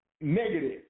negative